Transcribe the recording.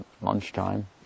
lunchtime